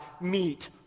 meet